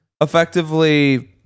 effectively